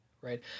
Right